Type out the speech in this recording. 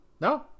No